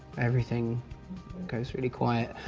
everything goes really quiet.